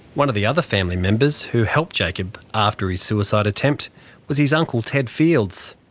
one of the other family members who helped jacob after his suicide attempt was his uncle ted fields.